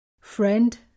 Friend